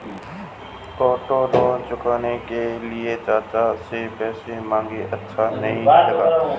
auto loan चुकाने के लिए चाचा से पैसे मांगना अच्छा नही लगता